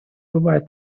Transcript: бывает